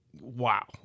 wow